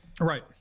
Right